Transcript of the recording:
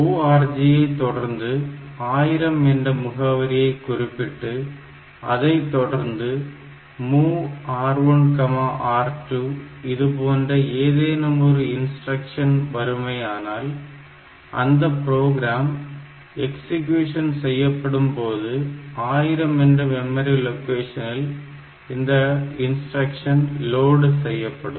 ORG ஐ தொடர்ந்து 1000 என்ற முகவரியை குறிப்பிட்டு அதனைத்தொடர்ந்து MOV R1 R2 இதுபோன்ற ஏதேனும் ஒரு இன்ஸ்டிரக்ஷன் வருமேயானால் அந்த ப்ரோக்ராம் எக்ஸிக்யூஷன் செய்யப்படும் பொழுது 1000 என்ற மெமரி லொகேஷனில் இந்த இன்ஸ்டிரக்ஷன் லோடு செய்யப்படும்